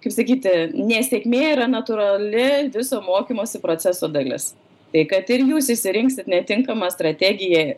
kaip sakyti nesėkmė yra natūrali viso mokymosi proceso dalis tai kad ir jūs išsirinksit netinkamą strategiją